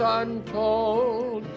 untold